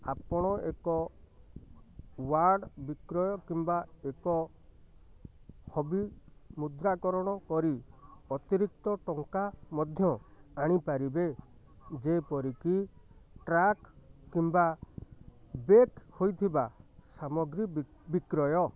ଆପଣ ଏକ ୱାର୍ଡ଼୍ ବିକ୍ରୟ କିମ୍ବା ଏକ ହବି ମୁଦ୍ରାକରଣ କରି ଅତିରିକ୍ତ ଟଙ୍କା ମଧ୍ୟ ଆଣିପାରିବେ ଯେପରିକି ଟ୍ରାକ୍ କିମ୍ବା ବେକ୍ ହୋଇଥିବା ସାମଗ୍ରୀ ବି ବିକ୍ରୟ